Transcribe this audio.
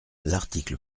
l’article